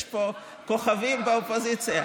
יש פה כוכבים באופוזיציה.